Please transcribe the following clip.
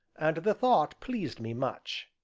and the thought pleased me much.